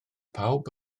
pawb